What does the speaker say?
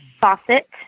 faucet